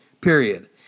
Period